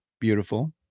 beautiful